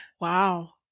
Wow